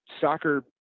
soccer